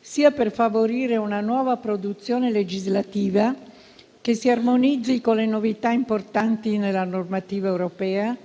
sia per favorire una nuova produzione legislativa che si armonizzi con le novità importanti nella normativa europea